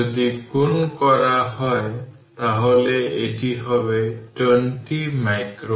যদি গুন করা হয় তাহলে এটি হবে 20 মাইক্রো